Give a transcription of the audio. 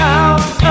out